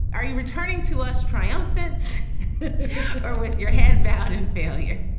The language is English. are you returning to us triumphant or with your head bowed in failure?